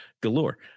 galore